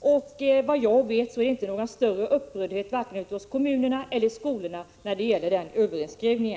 och vad jag vet orsakar det inte någon större upprördhet vare sig hos kommunerna eller i skolorna.